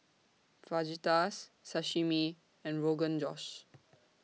Fajitas Sashimi and Rogan Josh